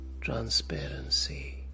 transparency